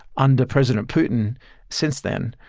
under president putin since then,